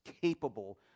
capable